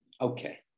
Okay